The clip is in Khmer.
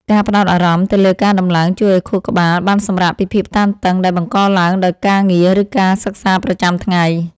ការផ្ដោតអារម្មណ៍ទៅលើការដំឡើងជួយឱ្យខួរក្បាលបានសម្រាកពីភាពតានតឹងដែលបង្កឡើងដោយការងារ ឬការសិក្សាប្រចាំថ្ងៃ។